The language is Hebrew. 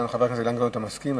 חבר הכנסת אילן גילאון, אתה מסכים?